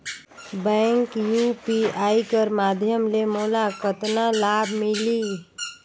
Bank UPI कर माध्यम ले मोला कतना लाभ मिली?